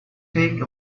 take